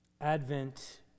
Advent